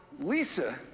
Lisa